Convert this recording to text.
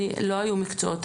לא היו מקצועות.